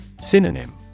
Synonym